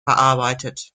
verarbeitet